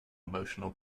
emotional